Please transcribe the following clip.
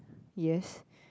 yes